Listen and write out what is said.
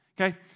Okay